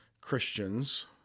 Christians